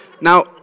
Now